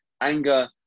anger